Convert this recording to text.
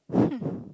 hmm